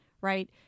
right